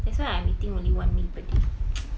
that's why I'm eating only one meal per day